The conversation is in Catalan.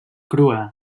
crua